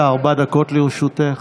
בבקשה, ארבע דקות לרשותך.